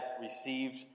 received